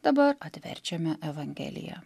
dabar atverčiame evangeliją